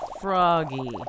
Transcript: froggy